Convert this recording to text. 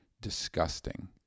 disgusting